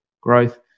growth